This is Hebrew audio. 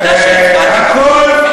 אני רק, אני מזכיר שקראתי אותך לסדר פעמיים.